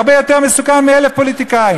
הרבה יותר מסוכן מאלף פוליטיקאים,